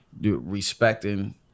respecting